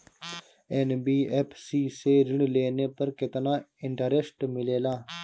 NBFC से ऋण लेने पर केतना इंटरेस्ट मिलेला?